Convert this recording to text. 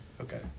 Okay